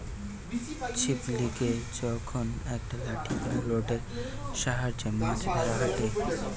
ছিপ লিয়ে যখন একটা লাঠি বা রোডের সাহায্যে মাছ ধরা হয়টে